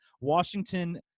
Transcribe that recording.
Washington